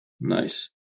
Nice